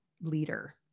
leader